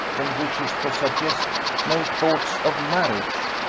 and wishes to suggest no thoughts, of marriage.